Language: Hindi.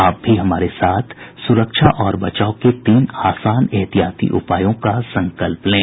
आप भी हमारे साथ सुरक्षा और बचाव के तीन आसान एहतियाती उपायों का संकल्प लें